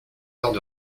heures